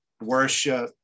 worship